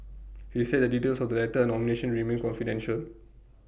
he said the details of the letter and nomination remain confidential